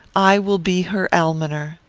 i will be her almoner.